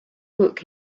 book